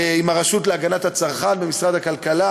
עם הרשות להגנת הצרכן במשרד הכלכלה,